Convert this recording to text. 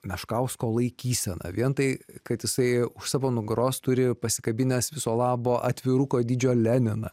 meškausko laikysena vien tai kad jisai už savo nugaros turi pasikabinęs viso labo atviruko dydžio leniną